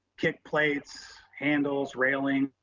kick plates, handles, railing.